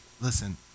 listen